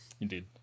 Indeed